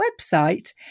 website